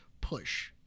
push